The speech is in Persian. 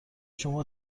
شما